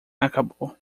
acabou